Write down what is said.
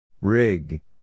Rig